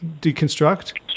deconstruct